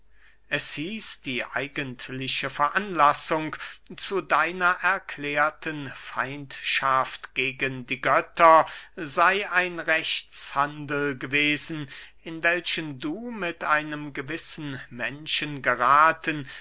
es hieß die eigentliche veranlassung zu deiner erklärten feindschaft gegen die götter sey ein rechtshandel gewesen in welchen du mit einem gewissen menschen gerathen